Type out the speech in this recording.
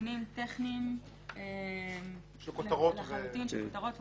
תיקונים טכניים לחלוטין של כותרות והוספות.